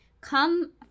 come